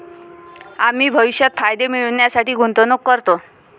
आम्ही भविष्यात फायदे मिळविण्यासाठी गुंतवणूक करतो